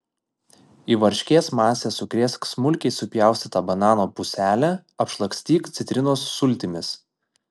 į varškės masę sukrėsk smulkiai supjaustytą banano puselę apšlakstyk citrinos sultimis